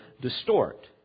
distort